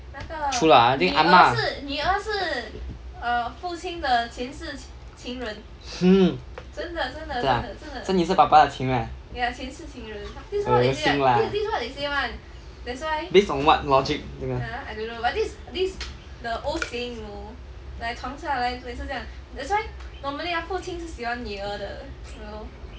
true lah I think 阿嫲 hmm 真的啊所以你是爸爸的情人 ah 恶心 lah base on what logic 这个